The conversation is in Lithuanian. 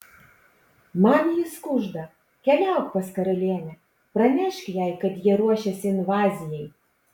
man jis kužda keliauk pas karalienę pranešk jai kad jie ruošiasi invazijai